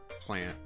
plant